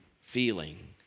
feeling